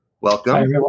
Welcome